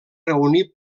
reunir